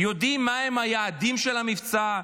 יודעים מהם היעדים של המבצע?